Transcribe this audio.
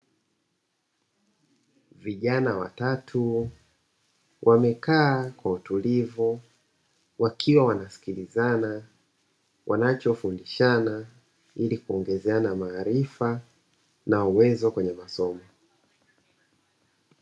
Vijana watatu wamekaa kwa utulivu wakiwa wanasikilizana wanachofundishana ili kuongezeana maarifa na uwezo kwenye masomo.